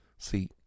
See